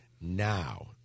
now